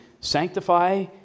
sanctify